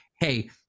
hey